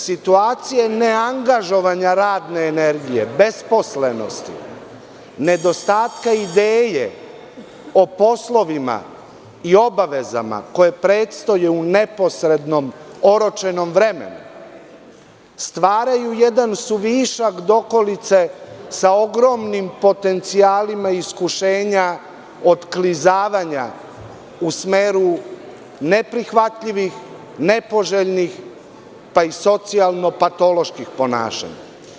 Situacija ne angažovanja radne energije, besposlenosti, nedostatka ideje o poslovima i obavezama koje predstoje u neposrednom oročenom vremenom, stvaraju jedan suvišak dokolice sa ogromni potencijalima iskušenja otklizavanja u smeru neprihvatljivih, nepoželjnih, pa i socijalno patoloških ponašanja.